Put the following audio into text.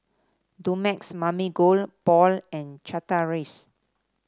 Dumex Mamil Gold Paul and Chateraise